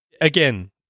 Again